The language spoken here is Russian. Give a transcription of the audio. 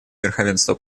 верховенства